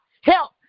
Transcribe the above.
help